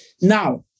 Now